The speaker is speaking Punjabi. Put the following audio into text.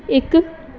ਇੱਕ